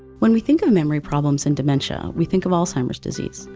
when we think of memory problems and dementia, we think of alzheimer's disease.